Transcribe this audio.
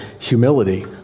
humility